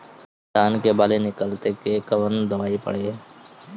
धान के बाली निकलते के कवन दवाई पढ़े?